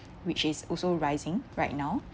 which is also rising right now